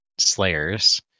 slayers